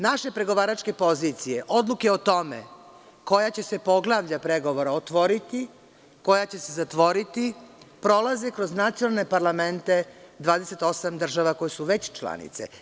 Naše pregovaračke pozicije, odluke o tome koja će se poglavlja pregovora otvoriti, koja će zatvoriti, prolaze kroz nacionalne parlamente 28 država koje su već članice.